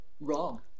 wrong